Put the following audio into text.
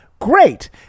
Great